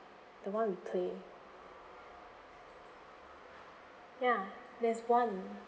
the one we play ya there's one